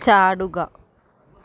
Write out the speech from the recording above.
ചാടുക